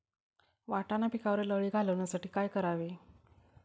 वाटाणा पिकावरील अळी घालवण्यासाठी काय करावे?